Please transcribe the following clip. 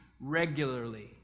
regularly